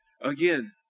Again